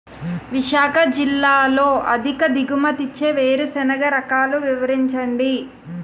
విశాఖ జిల్లాలో అధిక దిగుమతి ఇచ్చే వేరుసెనగ రకాలు వివరించండి?